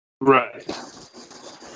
Right